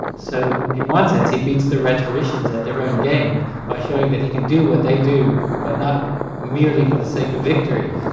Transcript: so in one sense he beats the rhetoricians at their own game by showing that he can do what they do, but not merely for the sake of victory.